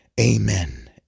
Amen